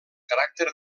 caràcter